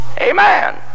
Amen